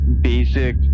basic